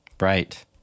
Right